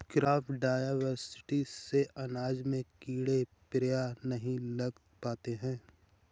crop diversity से अनाज में कीड़े प्रायः नहीं लग पाते हैं